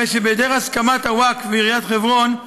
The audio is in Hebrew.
הרי שבהיעדר הסכמת הווקף ועיריית חברון,